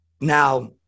Now